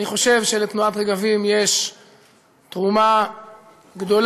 אני חושב שלתנועת "רגבים" יש תרומה גדולה,